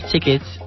Tickets